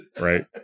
Right